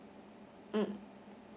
mm